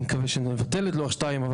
אני מקווה שנבטל את לוח שתיים.